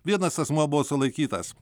vienas asmuo buvo sulaikytas